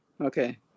okay